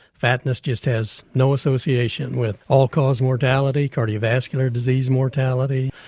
fatness just has no association with all-cause mortality, cardiovascular disease mortality,